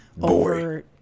over